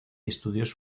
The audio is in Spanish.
estudios